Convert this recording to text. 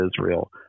Israel